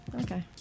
Okay